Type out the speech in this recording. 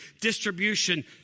distribution